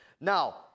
Now